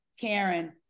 Karen